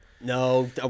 No